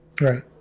Right